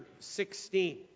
16